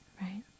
right